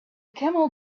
camel